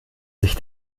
sich